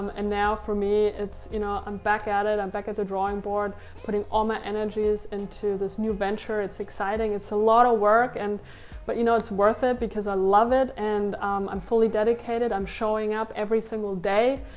and now for me, you know i'm back at it, i'm back at the drawing board putting all my energies into this new venture. it's exciting, it's a lot of work and but you know it's worth it because i love it and i'm fully dedicated. i'm showing up every single day.